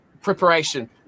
preparation